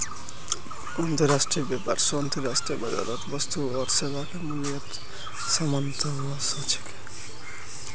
अंतर्राष्ट्रीय व्यापार स अंतर्राष्ट्रीय बाजारत वस्तु आर सेवाके मूल्यत समानता व स छेक